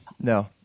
no